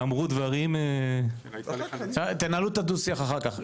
אמרו דברים --- תנהלו את הדו-שיח אחר כך.